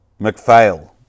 McPhail